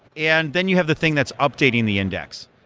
and then you have the thing that's updating the index,